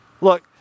Look